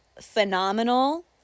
phenomenal